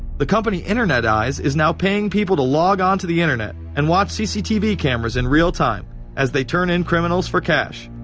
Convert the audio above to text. the company internet eyes is now paying people to log onto the internet and watch cctv cameras in real-time as they turn in criminals for cash.